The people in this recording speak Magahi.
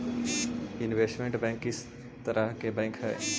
इनवेस्टमेंट बैंक किस तरह का बैंक हई